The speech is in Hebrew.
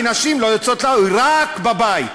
כי נשים לא יוצאות לעבודה, רק בבית.